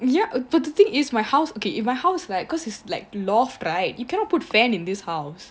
ya but the thing is my house okay if my house like cause it's like loft right you cannot put fan in this house